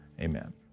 Amen